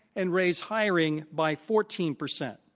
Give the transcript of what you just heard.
and raise hiring by fourteen percent.